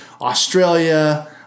Australia